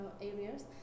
Areas